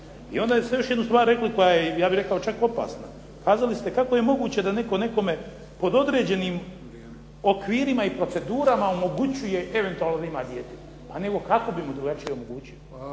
I onda ste rekli još jednu stvar, ja bih rekao da je opasna. Kazali ste kako je moguće da netko nekome pod određenim okvirima i procedurama omogućuje eventualno da ima dijete. Pa nego kako bi mu drugačije omogućio.